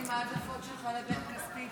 עם ההדלפות שלך לבן כספית?